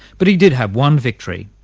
but he did have one victory,